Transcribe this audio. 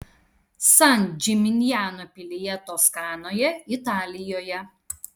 san džiminjano pilyje toskanoje italijoje